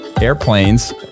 airplanes